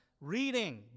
reading